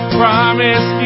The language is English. promise